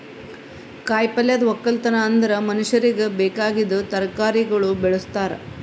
ಕಾಯಿ ಪಲ್ಯದ್ ಒಕ್ಕಲತನ ಅಂದುರ್ ಮನುಷ್ಯರಿಗಿ ಬೇಕಾಗಿದ್ ತರಕಾರಿಗೊಳ್ ಬೆಳುಸ್ತಾರ್